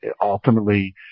ultimately